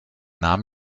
nahm